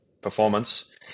performance